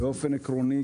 באופן עקרוני,